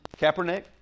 Kaepernick